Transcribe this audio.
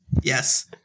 Yes